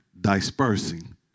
dispersing